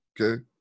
okay